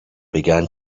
began